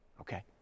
Okay